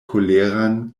koleran